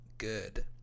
good